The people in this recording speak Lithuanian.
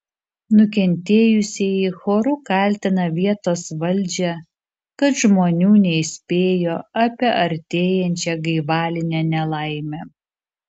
nukentėjusieji choru kaltina vietos valdžią kad žmonių neįspėjo apie artėjančią gaivalinę nelaimę